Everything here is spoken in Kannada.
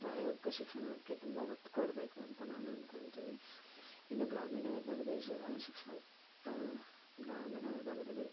ಪ್ರಾಯೋಗಿಕ ಶಿಕ್ಷಣಕ್ಕೆ ತುಂಬ ಒತ್ತು ಕೊಡಬೇಕು ಅಂತ ನಾನು ಅನ್ಕೊತಿನಿ ಇನ್ನೂ ಗ್ರಾಮೀಣ ವಿಭಾಗದಲ್ಲಿ ಶಿಕ್ಷಣ ಗ್ರಾಮೀಣ ವಿಭಾಗದಲ್ಲಿ